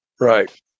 Right